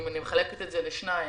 מחלקת את זה לשניים,